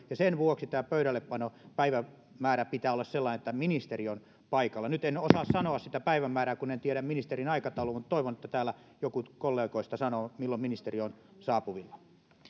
sen vuoksi tämä pöydällepanopäivämäärä pitää olla sellainen että ministeri on paikalla nyt en osaa sanoa sitä päivämäärää kun en tiedä ministerin aikataulua mutta toivon että täällä joku kollegoista sanoo milloin ministeri on saapuvilla